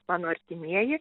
mano artimieji